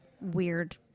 weird